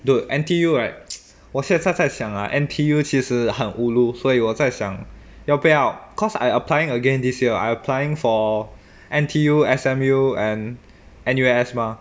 to N_T_U right 我现在在想 ah N_T_U 其实很 ulu 所以我在想要不要 cause I applying again this year I applying for N_T_U S_M_U and N_U_S mah